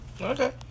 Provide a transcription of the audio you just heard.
Okay